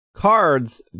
cards